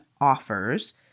offers